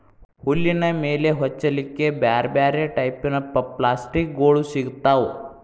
ಹುಲ್ಲಿನ ಮೇಲೆ ಹೊಚ್ಚಲಿಕ್ಕೆ ಬ್ಯಾರ್ ಬ್ಯಾರೆ ಟೈಪಿನ ಪಪ್ಲಾಸ್ಟಿಕ್ ಗೋಳು ಸಿಗ್ತಾವ